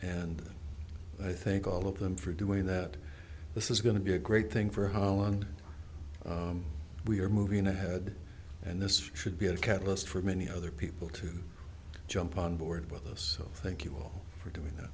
and i think all of them for doing that this is going to be a great thing for how long we are moving ahead and this should be a catalyst for many other people to jump on board with us thank you for doing that